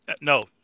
No